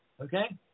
Okay